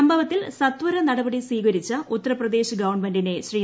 സംഭവത്തിൽ സത്വര നടപടി സ്വീകരിച്ച ഉത്തർപ്രദേശ് ഗവൺമെന്റിനെ ശ്രീ